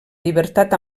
llibertat